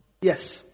Yes